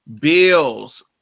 bills